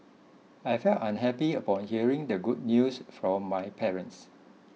I felt unhappy upon hearing the good news from my parents